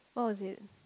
oh is it